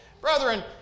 Brethren